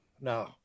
no